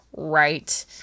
right